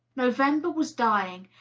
november was dying,